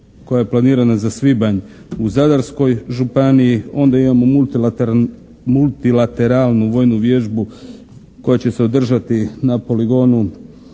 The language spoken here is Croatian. koja je planirana za svibanj u zadarskoj županiji. Onda imamo multilateralnu vojnu vježbu koja će se održati na poligonu